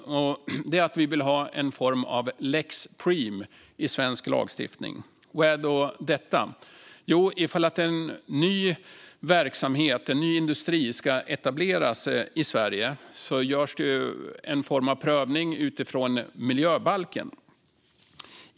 Det handlar om att vi vill ha en lex Preem i svensk lagstiftning. Vad är då detta? Jo, om en ny verksamhet eller en ny industri ska etableras i Sverige görs en prövning utifrån miljöbalken.